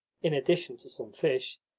in addition to some fish,